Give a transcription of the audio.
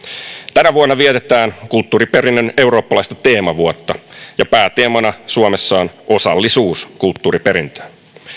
tänä vuonna vietetään kulttuuriperinnön eurooppalaista teemavuotta ja pääteemana suomessa on osallisuus kulttuuriperintöön